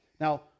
Now